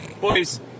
Boys